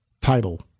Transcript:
title